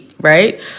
right